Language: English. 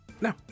No